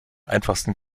einfachsten